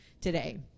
today